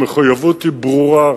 המחויבות היא ברורה.